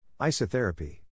Isotherapy